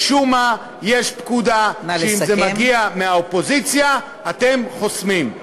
משום מה יש פקודה שאם זה מגיע מהאופוזיציה אתם חוסמים.